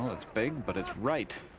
ah it's big, but it's right.